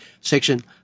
Section